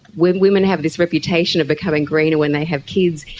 when women have this reputation of becoming greener when they have kids,